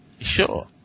Sure